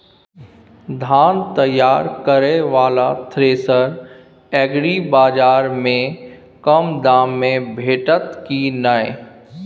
धान तैयार करय वाला थ्रेसर एग्रीबाजार में कम दाम में भेटत की नय?